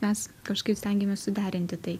mes kažkaip stengiamės suderinti tai